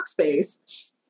workspace